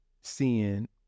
seeing